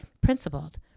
principled